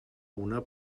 una